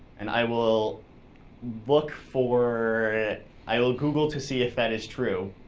and i will look for i will google to see if that is true.